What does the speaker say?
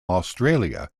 australia